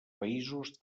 països